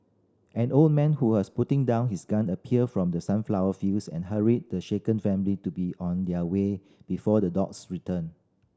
an old man who was putting down his gun appeared from the sunflower fields and hurried the shaken family to be on their way before the dogs return